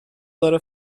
داره